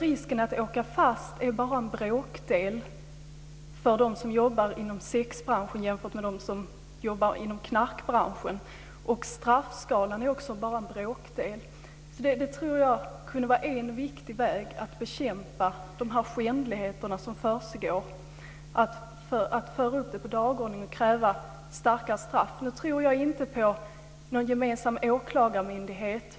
Risken för att åka fast är bara en bråkdel så stor för dem som jobbar inom sexbranschen jämfört med vad som gäller för dem som jobbar inom knarkbranschen. Straffskalan täcker dessutom bara en bråkdel av motsvarigheten för knarkbrotten. Jag tror att en viktig väg att bekämpa de skändligheter som förekommer är att föra upp strängare straff på dagordningen. Jag tror inte på någon gemensam åklagarmyndighet.